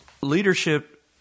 leadership